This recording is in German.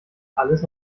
alles